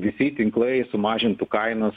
visi tinklai sumažintų kainas